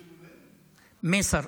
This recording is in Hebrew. מייסר.